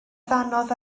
ddannoedd